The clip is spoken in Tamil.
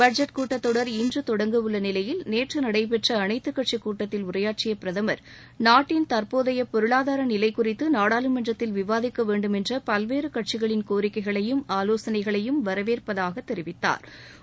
பட்ஜெட் கூட்டத்தொடர் இன்று தொடங்க உள்ள நிலையில் நேற்று நடைபெற்ற அனைத்துக் கட்சிக் கூட்டத்தில் உரையாற்றிய பிரதமர் நாட்டின் தற்போதை பொருளாதார நிலை குறித்து நாடாளுமன்றத்தில் விவாதிக்க வேண்டும் என்ற பல்வேறு கட்சிகளின் கோரிக்கைகளையும் ஆலோசனைகளையும் வரவேற்பதாக தெரிவித்தாா்